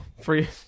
Free